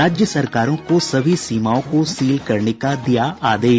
राज्य सरकारों को सभी सीमाओं को सील करने का दिया आदेश